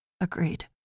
Agreed